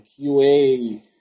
QA